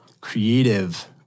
creative